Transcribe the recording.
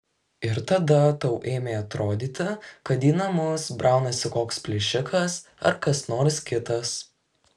ir tada tau ėmė atrodyti kad į namus braunasi koks plėšikas ar kas nors kitas